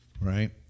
right